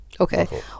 Okay